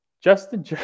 Justin